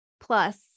plus